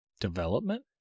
Development